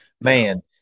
man –